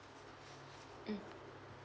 mm